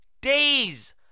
days